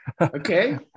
Okay